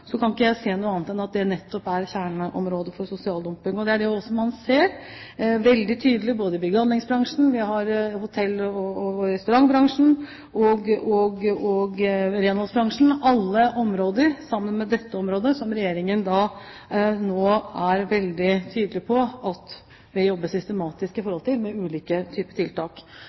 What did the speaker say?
kan ikke jeg se noe annet enn at det nettopp er kjerneområdet for sosial dumping. Det er det man ser veldig tydelig både i bygg- og anleggsbransjen, i hotell- og restaurantbransjen og i renholdsbransjen. Det er alle områder, sammen med dette området, som Regjeringen nå er veldig tydelig på at det jobbes systematisk med gjennom ulike typer tiltak.